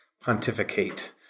pontificate